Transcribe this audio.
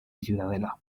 ciudadela